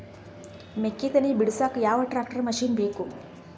ಮೆಕ್ಕಿ ತನಿ ಬಿಡಸಕ್ ಯಾವ ಟ್ರ್ಯಾಕ್ಟರ್ ಮಶಿನ ಬೇಕು?